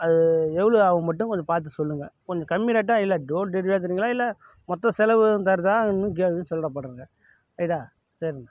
அது எவ்வளோ ஆகும்னு மட்டும் கொஞ்சம் பார்த்து சொல்லுங்க கொஞ்சம் கம்மி ரேட்டாக இல்லை டோர் டெலிவெரியாக தரிங்களா இல்லை மொத்த செலவு எதுவும் தருதானு ரைட்டா சரிங்க